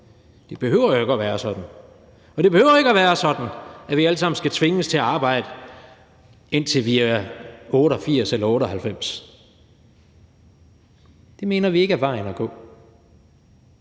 Det behøver jo ikke at være sådan. Og det behøver ikke at være sådan, at vi alle sammen skal tvinges til at arbejde, indtil vi er 88 år eller 98 år. Det mener vi ikke er vejen at gå.